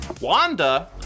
Wanda